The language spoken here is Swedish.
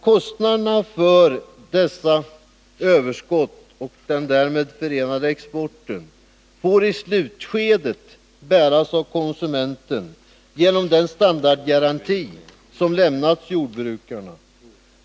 Kostnaderna för dessa överskott och den därmed förenade exporten får i slutskedet bäras av konsumenten genom den standardgaranti som lämnats jordbrukarna.